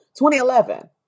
2011